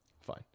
fine